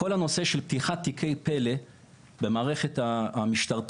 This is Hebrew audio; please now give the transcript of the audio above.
כל הנושא של פתיחת תיקי פלא במערכת המשטרתית,